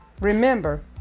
remember